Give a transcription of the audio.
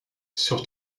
sur